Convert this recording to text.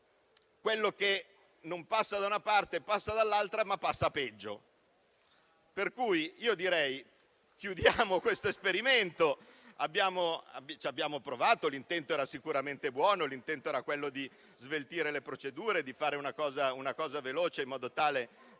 quello che non passa da una parte passa dall'altra, ma passa peggio. Pertanto, chiudiamo questo esperimento. Ci abbiamo provato. L'intento era sicuramente buono. L'intento era quello di sveltire le procedure, di fare un provvedimento veloce, in modo tale